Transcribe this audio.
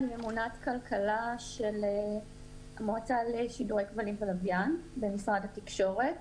אני ממונת כלכלה של המועצה לשידורי כבלים ולוויין במשרד התקשורת.